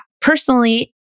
Personally